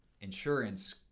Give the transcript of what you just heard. insurance